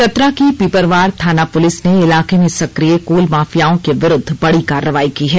चतरा की पिपरवार थाना पुलिस ने इलाके में सक्रिय कोल माफियाओं के विरुद्व बड़ी कार्रवाई की है